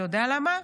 אתה יודע למה?